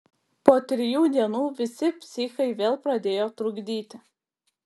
po trijų dienų visi psichai vėl pradėjo trukdyti